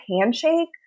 handshake